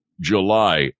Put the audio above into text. July